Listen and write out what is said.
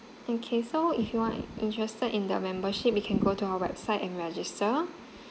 okay so if you are interested in the membership you can go to our website and register